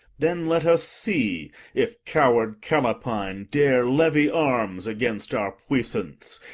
then let us see if coward callapine dare levy arms against our puissance,